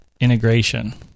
integration